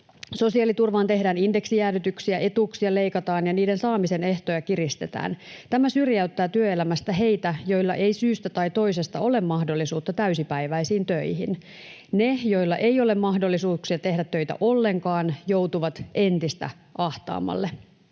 Sosiaaliturvaan tehdään indeksijäädytyksiä, etuuksia leikataan ja niiden saamisen ehtoja kiristetään. Tämä syrjäyttää työelämästä heitä, joilla ei syystä tai toisesta ole mahdollisuutta täysipäiväisiin töihin. Ne, joilla ei ole mahdollisuuksia tehdä töitä ollenkaan, joutuvat entistä ahtaammalle,